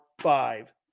five